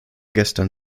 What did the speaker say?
gestern